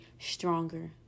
stronger